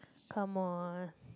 come on